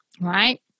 right